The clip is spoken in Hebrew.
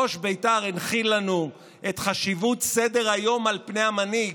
ראש בית"ר הנחיל לנו את חשיבות סדר-היום על פני המנהיג,